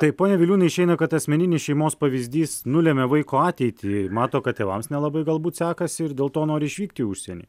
taip pone viliūnai išeina kad asmeninis šeimos pavyzdys nulemia vaiko ateitį mato kad tėvams nelabai galbūt sekasi ir dėl to nori išvykti į užsienį